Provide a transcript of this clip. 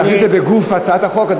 להכניס את זה בגוף הצעת החוק.